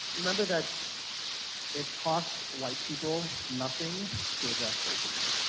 remember that it costs white people nothing to address racism.